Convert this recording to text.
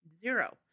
zero